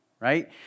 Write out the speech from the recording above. right